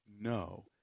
No